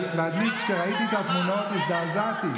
כשראיתי את התמונות, הזדעזעתי.